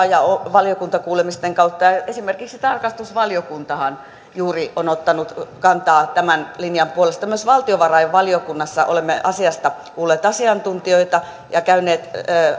ja valiokuntakuulemisten kautta tästä jotakin lausua esimerkiksi tarkastusvaliokuntahan juuri on ottanut kantaa tämän linjan puolesta myös valtiovarainvaliokunnassa olemme asiasta kuulleet asiantuntijoita ja käyneet